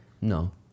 No